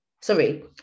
sorry